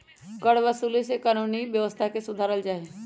करवसूली से कानूनी व्यवस्था के सुधारल जाहई